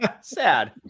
Sad